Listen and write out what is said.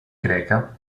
greca